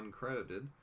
uncredited